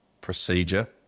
procedure